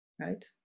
right